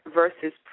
versus